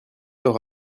leur